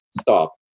stop